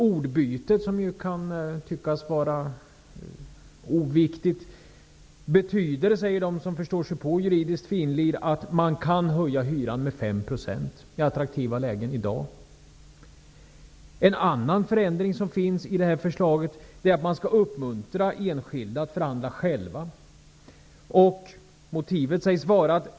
Ordbytet, som kan tyckas vara oviktigt, betyder, säger de som förstår sig på juridiskt finlir, att man i dag kan höja hyran med 5 % i attraktiva lägen. En annan förändring som finns i förslaget är att man skall uppmuntra enskilda att förhandla själva.